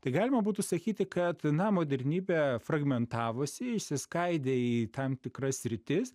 tai galima būtų sakyti kad na modernybė fragmentavosi išsiskaidė į tam tikras sritis